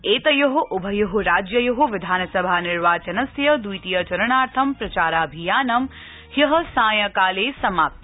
एतयोः उभयोः राज्ययोः विधानसभा निर्वाचनस्य द्वितीय चरणार्थं प्रचाराभियानं ह्यः सांयकाले समाप्त